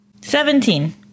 Seventeen